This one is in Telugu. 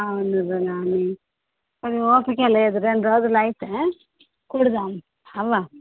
అవును రా నాని అది ఓపిక లేదు రెండు రోజులు అయితే కుడదాం అవ్వ